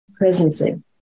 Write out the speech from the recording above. Presencing